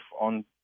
on